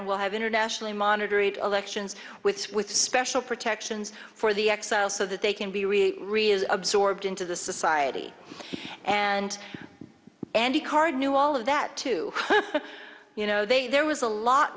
and we'll have an nationally monitoring elections with with special protections for the exiles so that they can be really really absorbed into the society and andy card knew all of that too you know there was a lot